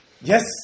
Yes